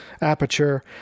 aperture